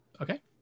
Okay